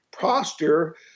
posture